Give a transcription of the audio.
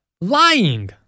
lying